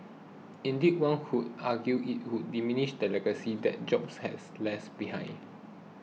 indeed one could argue it would diminish the legacy that Jobs has less behind